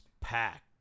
packed